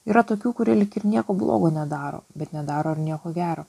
yra tokių kurie lyg ir nieko blogo nedaro bet nedaro ir nieko gero